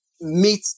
meet